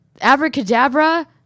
Abracadabra